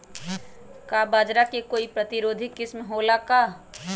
का बाजरा के कोई प्रतिरोधी किस्म हो ला का?